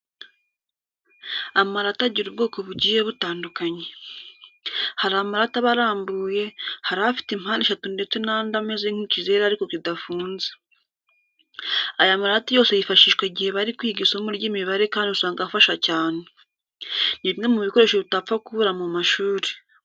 Amarati agira ubwoko bugiye butandukanye. Hari amarati aba arambuye, hari afite impande eshatu ndetse n'andi ameze nk'ikizeru ariko kidafunze. Aya marati yose yifashishwa igihe bari kwiga isomo ry'imibare kandi usanga afasha cyane. Ni bimwe mu bikoresho utapfa kubura mu mashuri.